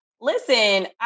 Listen